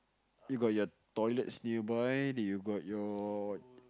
you got your toilets nearby you got your